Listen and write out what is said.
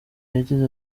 yagize